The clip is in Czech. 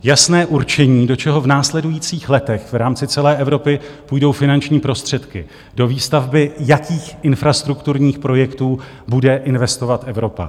Jasné určení, do čeho v následujících letech v rámci celé Evropy půjdou finanční prostředky, do výstavby jakých infrastrukturních projektů bude investovat Evropa.